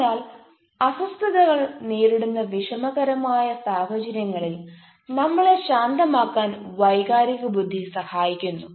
അതിനാൽ അസ്വസ്ഥതകൾ നേരിടുന്ന വിഷമകരമായ സാഹചര്യങ്ങളിൽ നമ്മളെ ശാന്തമാക്കാൻ വൈകാരിക ബുദ്ധി സഹായിക്കുന്നു